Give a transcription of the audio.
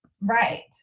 Right